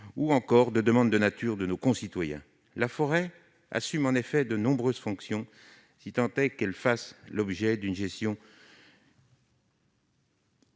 biodiversité, demande de nature de nos concitoyens. La forêt peut assumer de nombreuses fonctions, si tant est qu'elle fasse l'objet d'une gestion